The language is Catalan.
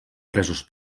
presos